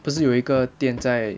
不是有一个店在